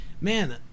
Man